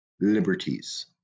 liberties